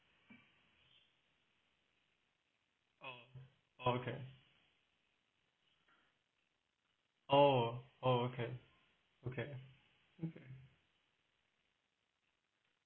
okay oh oh okay okay